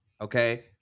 okay